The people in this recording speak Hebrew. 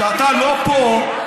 כשאתה לא פה,